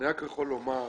אני רק יכול לומר שבזמנו,